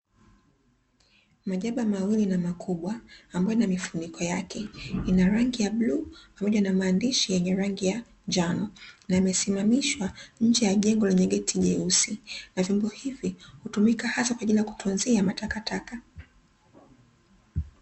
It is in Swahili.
Majaba mawili na makubwa ambayo inamifuniko yake ina rangi ya bluu pamoja na mandishi yenye rangi ya njano, yamesimamishwa nje ya jengo lenye geti jeusi na vyombo hivi hutumika hasa kwa ajili ya kutunzia matakataka.